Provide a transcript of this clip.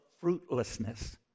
fruitlessness